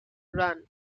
run